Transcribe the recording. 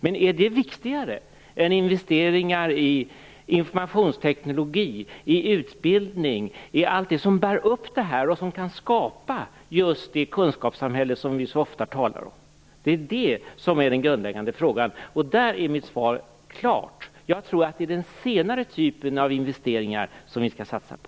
Men är det viktigare än investeringar i informationsteknik, i utbildning, i allt det som bär upp det här och som kan skapa just det kunskapssamhälle som vi så ofta talar om? Det är det som är den grundläggande frågan. Där är mitt svar klart: Jag tror att det är den senare typen av investeringar som vi skall satsa på.